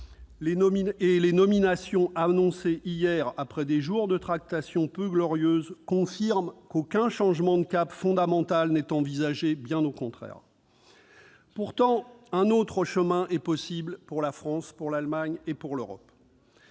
les nominations annoncées hier, après des jours de tractations peu glorieuses, confirment qu'aucun changement de cap fondamental n'est envisagé, bien au contraire ! Pourtant, un autre chemin est possible pour la France, pour l'Allemagne et pour l'Europe.